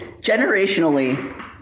generationally